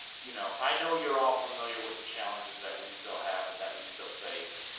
you know i know you're all familiar with the challenges that we still have and that we still face.